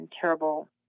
terrible